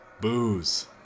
Booze